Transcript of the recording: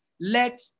let